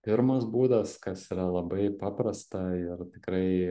pirmas būdas kas yra labai paprasta ir tikrai